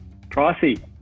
Pricey